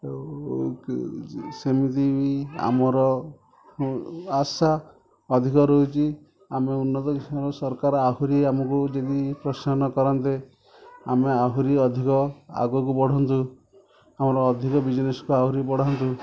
ସେମିତି ବି ଆମର ଆଶା ଅଧିକ ରହୁଛି ଆମେ ଉନ୍ନତ କିସମର ସରକାର ଆହୁରି ଆମକୁ ଯଦି ପ୍ରୋତ୍ସାହନ କରନ୍ତେ ଆମେ ଆହୁରି ଅଧିକ ଆଗକୁ ବଢ଼ନ୍ତୁ ଆମର ଅଧିକ ବିଜନେସ୍କୁ ଆହୁରି ବଢ଼ାନ୍ତୁ